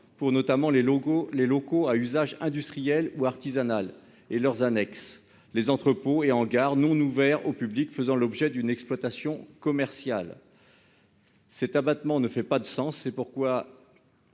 pour les locaux à usage industriel ou artisanal et leurs annexes ou encore les entrepôts et hangars non ouverts au public faisant l'objet d'une exploitation commerciale. Cet abattement n'a pas de sens. C'est pourquoi